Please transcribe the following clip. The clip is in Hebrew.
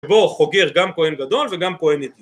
בואו חוגר גם כהן גדול וגם כהן עתיד